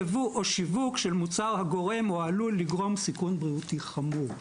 יבוא או שיווק של מוצר הגורם או העלול לגרום סיכון בריאותי חמור.